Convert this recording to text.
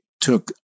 took